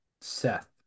Seth